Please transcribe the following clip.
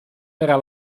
era